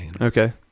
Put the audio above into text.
Okay